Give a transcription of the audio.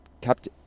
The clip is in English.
kept